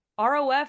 ROF